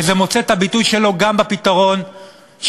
וזה מוצא את הביטוי שלו גם בפתרון שאתם,